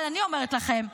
אבל אני אומרת לכם,